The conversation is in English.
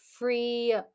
Free